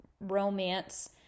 romance